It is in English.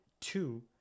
Two